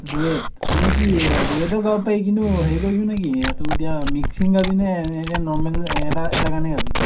duet মানে কি duet গাব পাৰি কিন্তু হেৰি কৰিবি নেকি এইটো এতিয়া মিক্সিং গাবিনে এতিয়া নৰ্মেল এটা গানেই গাবি